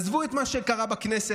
עזבו את מה שקרה בכנסת,